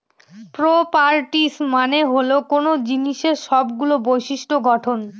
properties মানে হল কোনো জিনিসের সবগুলো বিশিষ্ট্য গঠন